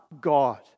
God